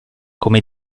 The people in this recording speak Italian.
come